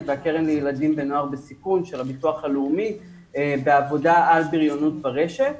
והקרן לילדים ונוער בסיכון של הביטוח הלאומי בעבודה על בריונות ברשת.